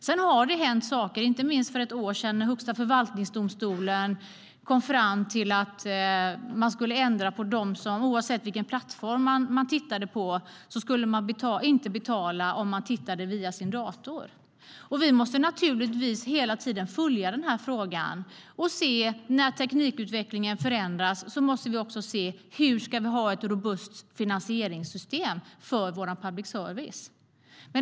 Sedan har det hänt saker, inte minst för ett år sedan, när Högsta förvaltningsdomstolen kom fram till att man inte skulle betala om man tittade via sin dator. Vi måste naturligtvis hela tiden följa den här frågan. När tekniken utvecklas måste vi också se hu vi ska ha ett robust finansieringssystem för vår public service.